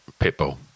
Pitbull